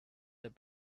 had